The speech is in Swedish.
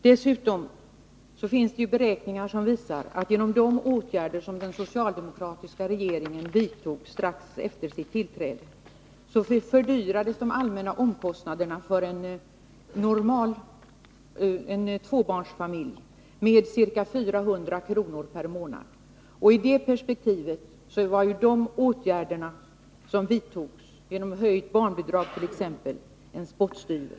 Dessutom finns det beräkningar som visar att genom de åtgärder som den socialdemokratiska regeringen vidtog strax efter sitt tillträde fördyrades de allmänna omkostnaderna för en tvåbarnsfamilj med ca 400 kr. per månad. I det perspektivet var de åtgärder som vidtogs, t.ex. genom höjt barnbidrag, 300 kr./år, en spottstyver.